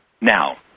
Now